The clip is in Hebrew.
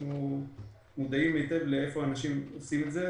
אנחנו מודעים היטב היכן אנשים עושים את זה.